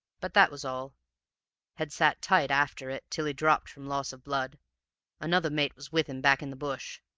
but that was all had sat tight after it till he dropped from loss of blood another mate was with him back in the bush.